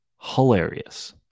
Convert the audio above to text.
hilarious